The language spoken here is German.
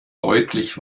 deutlich